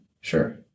Sure